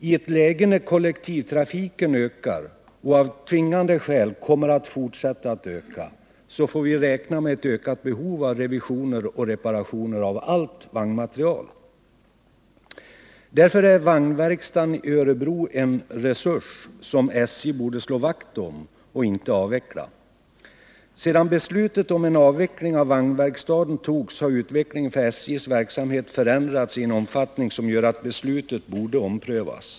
I ett läge när kollektivtrafiken ökar, och av tvingande skäl kommer att fortsätta att öka, får vi räkna med en ökning av behovet av revisioner och reparationer av allt vagnmaterial. Därför är vagnverkstaden i Örebro en resurs, som SJ borde slå vakt om och inte avveckla. Sedan beslutet om en avveckling av vagnverkstaden fattades har utvecklingen av SJ:s verksamhet förändrats i en omfattning som gör att beslutet borde omprövas.